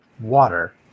water